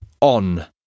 on